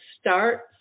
start